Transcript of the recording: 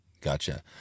Gotcha